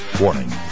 Warning